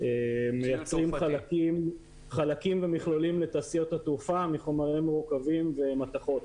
ומייצרים חלקים ומכלולים לתעשיות התעופה מחומרים מורכבים וממתכות.